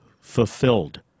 fulfilled